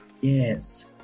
yes